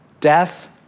death